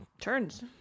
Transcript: Turns